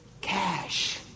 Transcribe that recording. cash